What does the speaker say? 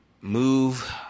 move